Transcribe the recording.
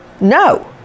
no